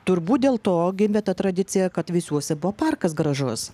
turbūt dėl to gimė ta tradicija kad veisiuose buvo parkas gražus